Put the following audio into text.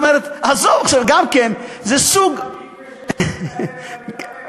זה סוג, יש גם מקווה שלא מטהר אלא מטמא.